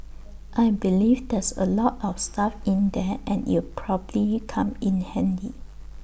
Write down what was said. I believe there's A lot of stuff in there and it'll probably come in handy